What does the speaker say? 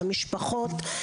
המשפחות,